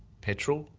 petrol,